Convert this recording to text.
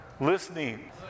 listening